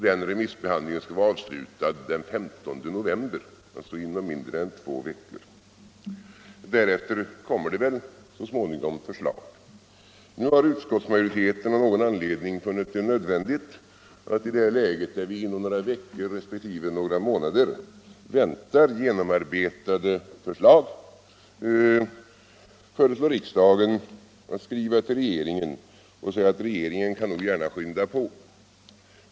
Den remissbehandlingen skall vara avslutad den 15 november, alltså inom mindre än två veckor. Därefter kommer väl så småningom förslag att läggas fram. Nu har utskottsmajorziteten av någon anledning funnit det nödvändigt att i det här läget — där vi inom några veckor resp. några månader väntar genomarbetade förslag — föreslå riksdagen att skriva till regeringen och säga att regeringen gärna kan skynda på.